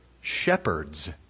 shepherds